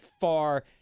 far